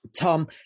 Tom